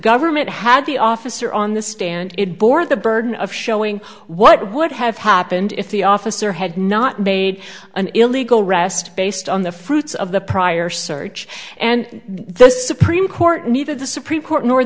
government had the officer on the stand it bore the burden of showing what would have happened if the officer had not made an illegal rest based on the fruits of the prior search and the supreme court needed the supreme court nor th